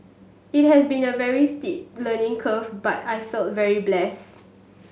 it has been a very steep learning curve but I feel very blessed